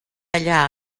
allà